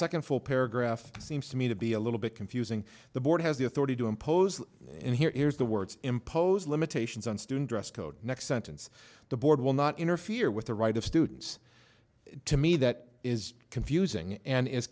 second full paragraph seems to me to be a little bit confusing the board has the authority to impose and here is the words impose limitations on student dress code next sentence the board will not interfere with the right of students to me that is confusing and is